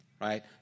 right